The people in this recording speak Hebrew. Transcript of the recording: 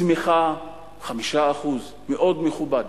צמיחה 5%, מאוד מכובד,